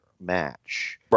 Match